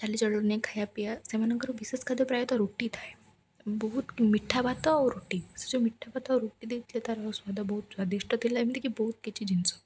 ଚାଲିଚଳନି ଖାଇଆ ପିଆ ସେମାନଙ୍କର ବିଶେଷ ଖାଦ୍ୟ ପ୍ରାୟତଃ ରୁଟି ଥାଏ ବହୁତ ମିଠା ଭାତ ଆଉ ରୁଟି ସେ ଯେଉଁ ମିଠା ଭାତ ଆଉ ରୁଟି ଦେଇଥିଲେ ତା'ର ସ୍ୱାଦ ବହୁତ ସ୍ଵାଦିଷ୍ଟ ଥିଲା ଏମିତିକି ବହୁତ କିଛି ଜିନିଷ